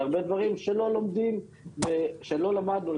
והרבה דברים שלא לומדים או שלא למדנו,